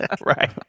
right